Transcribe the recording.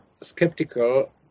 skeptical